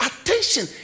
attention